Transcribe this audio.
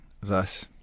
Thus